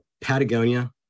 Patagonia